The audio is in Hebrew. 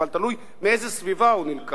אבל תלוי מאיזו סביבה הוא נלקח.